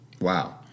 wow